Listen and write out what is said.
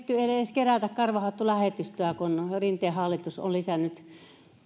kerätä karvahattulähetystöä kun rinteen hallitus on lisännyt